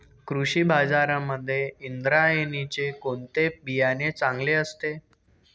कृषी बाजारांमध्ये इंद्रायणीचे कोणते बियाणे चांगले असते?